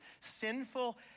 sinful